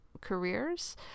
careers